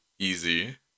Easy